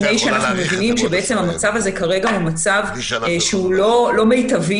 -- מפני שאנחנו מבינים שהמצב הזה כרגע הוא לא מיטבי.